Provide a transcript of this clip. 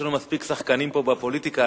יש לנו מספיק שחקנים פה בפוליטיקה,